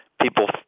people